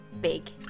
big